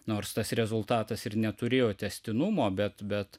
nors tas rezultatas ir neturėjo tęstinumo bet bet